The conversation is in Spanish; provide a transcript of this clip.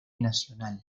nacional